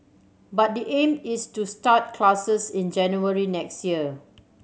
but the aim is to start classes in January next year